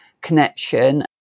connection